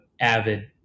avid